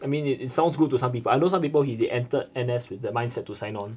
I mean it it sounds good to some people I know some people they entered N_S with that mindset to sign on